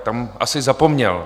Tam asi zapomněl.